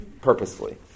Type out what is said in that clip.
purposely